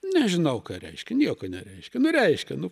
nežinau ką reiškia nieko nereiškia nu reiškia nu